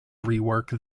rework